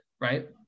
right